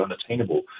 unattainable